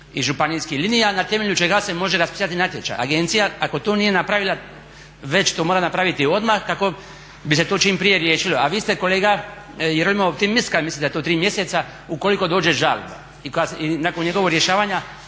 i županijskih linija na temelju čega se može raspisati natječaj. Agencija ako to nije napravila već što mora napraviti odmah kako bi se to čim prije riješilo. A vi ste kolega Jerolimov … mislim da je to tri mjeseca ukoliko dođe žalba i nakon njegovog rješavanja